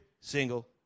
single